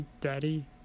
Daddy